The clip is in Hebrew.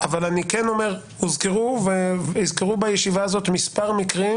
אבל כן אומר שהוזכרו בישיבה הזאת מספר מקרים,